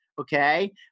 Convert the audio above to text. Okay